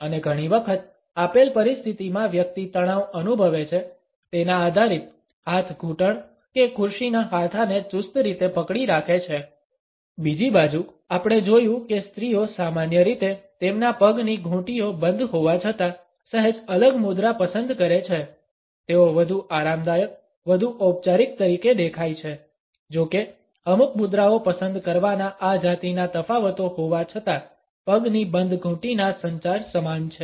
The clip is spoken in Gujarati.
અને ઘણી વખત આપેલ પરિસ્થિતિમાં વ્યક્તિ તણાવ અનુભવે છે તેના આધારિત હાથ ઘૂંટણ કે ખુરશીના હાથાને ચુસ્ત રીતે પકડી રાખે છે બીજી બાજુ આપણે જોયું કે સ્ત્રીઓ સામાન્ય રીતે તેમના પગની ઘૂંટીઓ બંધ હોવા છતાં સહેજ અલગ મુદ્રા પસંદ કરે છે તેઓ વધુ આરામદાયક વધુ ઔપચારિક તરીકે દેખાય છે જો કે અમુક મુદ્રાઓ પસંદ કરવાના આ જાતીના તફાવતો હોવા છતાં પગની બંધ ઘૂંટીના સંચાર સમાન છે